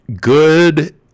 good